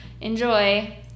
enjoy